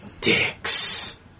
dicks